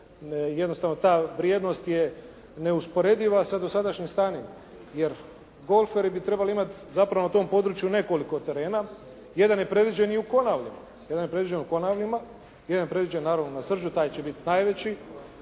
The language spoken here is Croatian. jednostavno ta vrijednost je neusporediva sa dosadašnjim stanjem. Jer golferi bi trebali imati zapravo na tom području nekoliko terena. Jedan je predviđen i u Konavlima. Jedan je predviđen naravno na Srđu. Taj će biti najveći.